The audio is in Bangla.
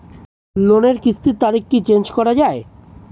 লোনের কিস্তির তারিখ কি চেঞ্জ করা যায়?